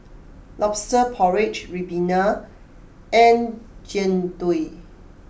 Lobster Porridge Ribena and Jian Dui